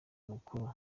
mukuru